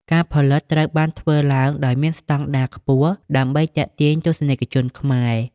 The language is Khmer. ការផលិត ត្រូវបានធ្វើឡើងដោយមានស្តង់ដារខ្ពស់ដើម្បីទាក់ទាញទស្សនិកជនខ្មែរ។